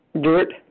dirt